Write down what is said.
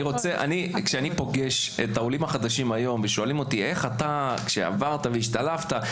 כשאני פוגש את העולים החדשים היום ושואלים אותי: איך עברת והשתלבת,